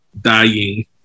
dying